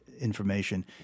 information